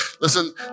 Listen